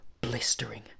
blistering